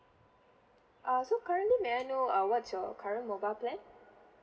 uh so currently may I know uh what's your current mobile plan